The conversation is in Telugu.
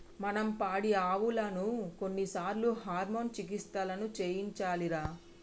మనం పాడియావులకు కొన్నిసార్లు హార్మోన్ చికిత్సలను చేయించాలిరా